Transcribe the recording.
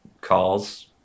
calls